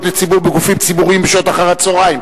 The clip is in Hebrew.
לציבור בגופים ציבוריים בשעות אחר הצהריים,